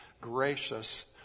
gracious